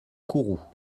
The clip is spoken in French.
kourou